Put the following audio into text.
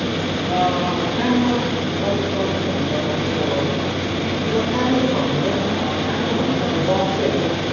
काममा गरेको गल्ती भन्नु पर्दाखेरि चाहिँ अब त्यसलाई कामै त भन्नु हुँदैन कामै भन्दा नि अब जब चाहिँ होइन